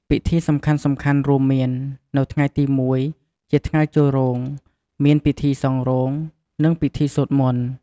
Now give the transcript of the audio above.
ពិធីសំខាន់ៗរួមមាន នៅថ្ងៃទី១ ជាថ្ងៃចូលរោងមាន ពិធីសង់រោង និងពិធីសូត្រមន្ត។